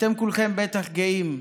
אתם כולכם בטח גאים.